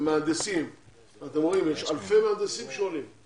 יש אלפי מהנדסים שעולים.